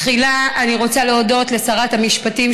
תחילה אני רוצה להודות לשרת המשפטים,